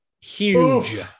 Huge